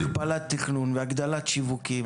-- והכפלת תכנון והגדלת שיווקים,